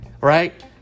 Right